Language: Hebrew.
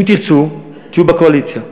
אם תרצו, שתהיו בקואליציה,